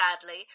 sadly